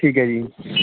ਠੀਕ ਹੈ ਜੀ